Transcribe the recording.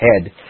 head